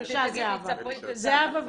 ז':